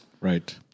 Right